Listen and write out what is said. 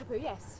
Yes